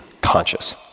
conscious